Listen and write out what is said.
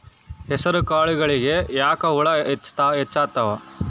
ಹೆಸರ ಕಾಳುಗಳಿಗಿ ಯಾಕ ಹುಳ ಹೆಚ್ಚಾತವ?